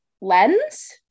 lens